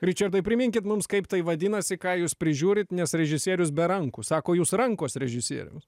ričardai priminkit mums kaip tai vadinasi ką jūs prižiūrit nes režisierius be rankų sako jūs rankos režisierius